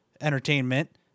Entertainment